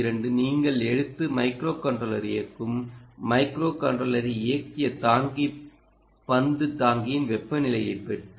2 நீங்கள் எடுத்து மைக்ரோ கன்ட்ரோலரை இயக்கும் மைக்ரோ கன்ட்ரோலரை இயக்கி தாங்கி பந்து தாங்கியின் வெப்பநிலையைப் பெற்று